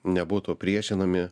nebūtų priešinami